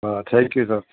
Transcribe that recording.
thank you sir